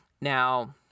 Now